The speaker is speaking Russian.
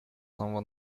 самого